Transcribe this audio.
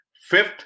fifth